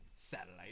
satellite